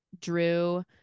drew